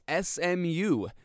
SMU